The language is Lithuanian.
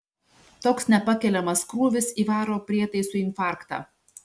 toks nepakeliamas krūvis įvaro prietaisui infarktą